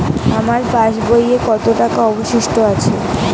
আমার পাশ বইয়ে কতো টাকা অবশিষ্ট আছে?